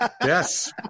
yes